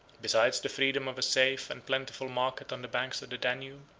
besides the freedom of a safe and plentiful market on the banks of the danube,